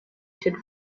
should